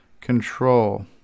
Control